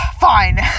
fine